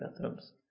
bathrooms